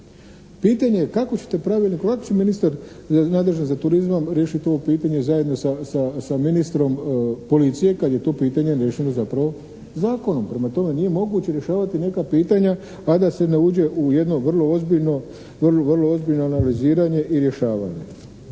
Pitanje je kako ćete pravilnikom, kako će ministar nadležan za turizam riješiti ovo pitanje zajedno sa ministrom policije kad je to pitanje riješeno zapravo zakonom. Prema tome, nije moguće rješavati neka pitanja a da se ne uđe u jedno vrlo ozbiljno analiziranje i rješavanje.